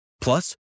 Plus